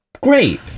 great